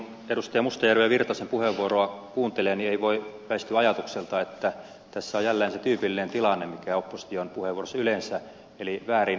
erkki virtasen puheenvuoroja kuuntelee niin ei voi välttyä ajatukselta että tässä on jälleen se tyypillinen tilanne mikä opposition puheenvuoroissa yleensä eli väärin sammutettu